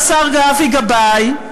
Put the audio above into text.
השר אבי גבאי,